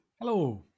Hello